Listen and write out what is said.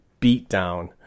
beatdown